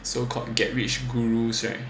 so called get rich gurus right